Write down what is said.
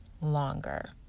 longer